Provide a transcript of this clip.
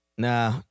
Nah